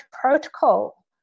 protocol